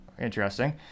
interesting